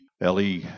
LE